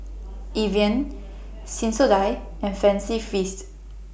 Evian Sensodyne and Fancy Feast